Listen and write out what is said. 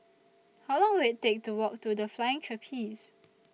How Long Will IT Take to Walk to The Flying Trapeze